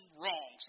wrong